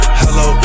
hello